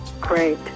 Great